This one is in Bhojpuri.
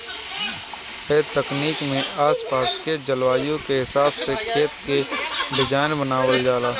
ए तकनीक में आस पास के जलवायु के हिसाब से खेत के डिज़ाइन बनावल जाला